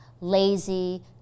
lazy